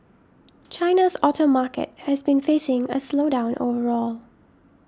China's auto market has been facing a slowdown overall